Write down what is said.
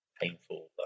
painful